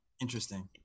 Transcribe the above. Interesting